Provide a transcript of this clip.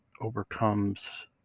overcomes